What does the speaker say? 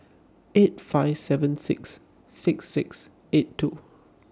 eight five seven six six six eight two